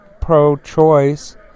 pro-choice